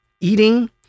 eating